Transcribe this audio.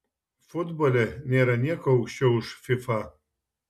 futbole nėra nieko aukščiau už fifa